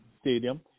Stadium